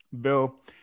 bill